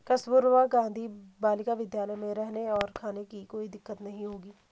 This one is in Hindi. कस्तूरबा गांधी बालिका विद्यालय में रहने और खाने की कोई दिक्कत नहीं होगी